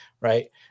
right